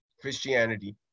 Christianity